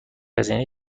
هزینه